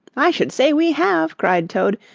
i should say we have, cried toad.